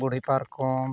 ᱵᱩᱰᱷᱤ ᱯᱟᱨᱠᱚᱢ